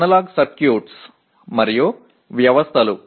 analogue సర్క్యూట్లు మరియు వ్యవస్థలు